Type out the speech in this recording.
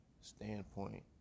standpoint